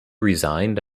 resigned